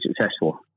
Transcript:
successful